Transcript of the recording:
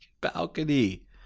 balcony